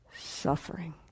suffering